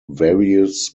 varies